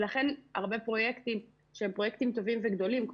ולכן הרבה פרויקטים שהם פרויקטים טובים וגדולים,